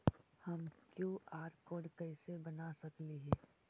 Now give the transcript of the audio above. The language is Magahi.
हम कियु.आर कोड कैसे बना सकली ही?